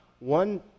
one